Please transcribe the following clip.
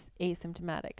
asymptomatic